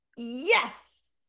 Yes